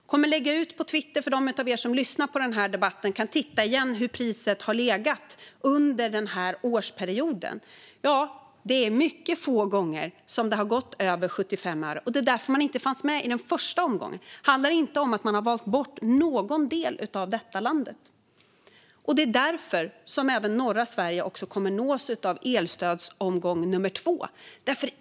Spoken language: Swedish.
Vi kommer att lägga ut det på Twitter för er som lyssnar på den här debatten så att ni kan titta på hur priset har legat under den här årsperioden. Det är mycket få gånger som priset har gått över 75 öre. Det var därför man inte fanns med i den första omgången. Det handlar inte om att någon del av detta land har valts bort. Det är därför som även norra Sverige kommer att nås av elstödsomgång nummer två.